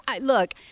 Look